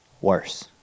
worse